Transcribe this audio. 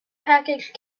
package